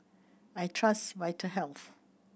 I trust Vitahealth